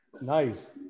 nice